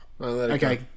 Okay